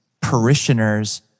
parishioners